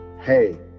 hey